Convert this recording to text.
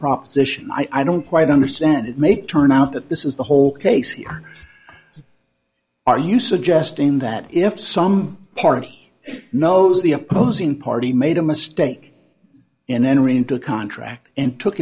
proposition i don't quite understand it may turn out that this is the whole case here are you suggesting that if some party knows the opposing party made a mistake in entering into a contract and took